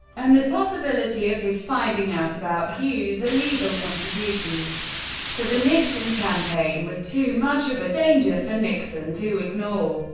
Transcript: and the possibility of his finding out about hughes' illegal contributions to the nixon campaign was too much of a danger for nixon to ignore.